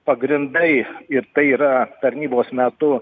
pagrindai ir tai yra tarnybos metu